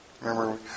Remember